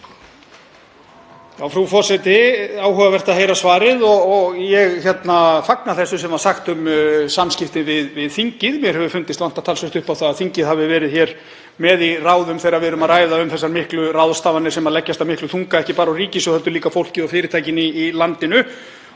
Frú forseti. Áhugavert að heyra svarið. Ég fagna þessu sem sagt er um samskipti við þingið. Mér hefur fundist vanta talsvert upp á það að þingið hafi verið með í ráðum þegar við höfum verið að ræða þessar miklu ráðstafanir sem leggjast af miklum þunga ekki bara á ríkissjóð heldur líka fólkið og fyrirtækin í landinu.